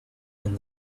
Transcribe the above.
that